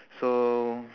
so